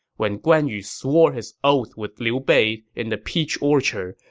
when guan yu swore his oath with liu bei in the peach orchard,